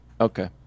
Okay